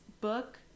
book